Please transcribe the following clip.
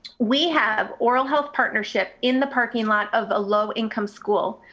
we have oral health partnership in the parking lot of a low income school,